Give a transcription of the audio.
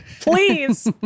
Please